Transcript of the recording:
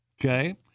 Okay